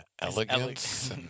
elegance